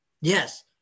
Yes